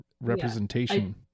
representation